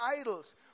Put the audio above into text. idols